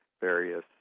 various